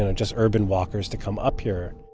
and just urban walkers to come up here.